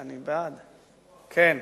כן,